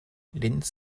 linz